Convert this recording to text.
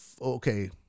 okay